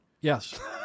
Yes